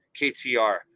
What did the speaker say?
KTR